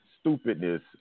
stupidness